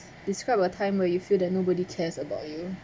describe a time where you feel that nobody cares about you